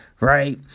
right